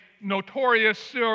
notorious